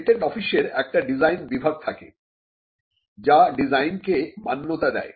patent অফিসের একটি design বিভাগ থাকে যা ডিজাইনকে মান্যতা দেয়